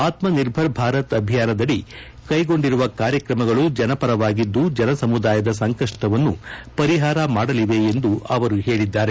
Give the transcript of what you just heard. ಆತ್ನ ನಿರ್ಭರ್ ಭಾರತ್ ಅಭಿಯಾನದಡಿ ಕೈಗೊಂಡಿರುವ ಕಾರ್ಯಕ್ರಮಗಳು ಜನಪರವಾಗಿದ್ಲು ಜನಸಮುದಾಯದ ಸಂಕಷ್ಷವನ್ನು ಪರಿಹಾರ ಮಾಡಲಿವೆ ಎಂದು ಅವರು ಹೇಳಿದ್ದಾರೆ